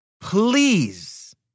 please